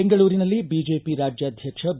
ಬೆಂಗಳೂರಿನಲ್ಲಿ ಬಿಜೆಪಿ ರಾಜ್ಯಾಧ್ಯಕ್ಷ ಬಿ